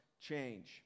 change